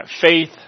faith